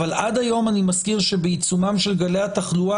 אבל עד היום אני מזכיר שבעיצומם של גלי התחלואה